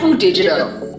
Digital